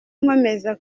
nkomeza